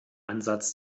ansatz